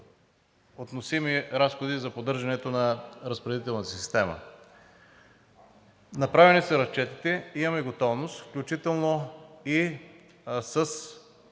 относими разходи за поддържането на разпределителната система? Направени са разчетите, имаме готовност, включително и